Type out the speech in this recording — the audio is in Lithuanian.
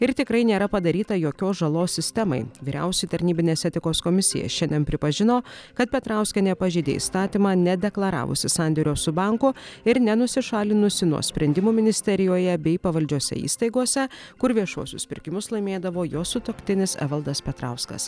ir tikrai nėra padaryta jokios žalos sistemai vyriausioji tarnybinės etikos komisija šiandien pripažino kad petrauskienė pažeidė įstatymą nedeklaravusi sandėrio su banku ir nenusišalinusi nuo sprendimų ministerijoje bei pavaldžiose įstaigose kur viešuosius pirkimus laimėdavo jos sutuoktinis evaldas petrauskas